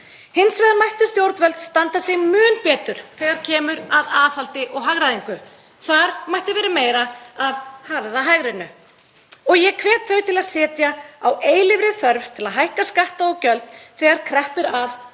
Hins vegar mættu stjórnvöld standa sig mun betur þegar kemur að aðhaldi og hagræðingu. Þar mætti vera meira af harða hægrinu og ég hvet þau til að sitja á eilífri þörf til að hækka skatta og gjöld þegar kreppir að og